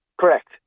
Correct